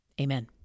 Amen